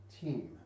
team